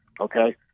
okay